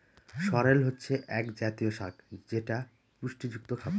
সরেল হচ্ছে এক জাতীয় শাক যেটা পুষ্টিযুক্ত খাবার